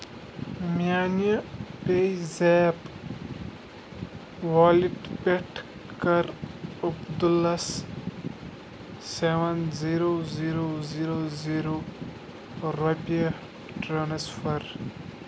میٛانہِ PayZapp wallet پٮ۪ٹھ کَر عبدُلَس seven zero zero zero zero رۄپیہِ ٹرٛانسفَر